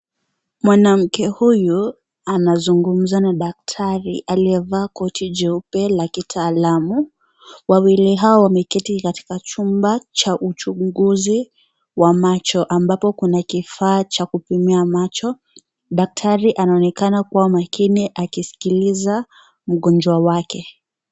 Mwanamke huyu, anazungumza na daktari, aliye vaa koti jeupe la kitaalamu, wawili hao wameketi katika chumba cha uchunguzi wa macho, ambapo kuna kifaa cha kupimia macho, daktari anaonekana kuwa amekumya akiskiliza, mgonjwa wake.